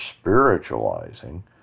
spiritualizing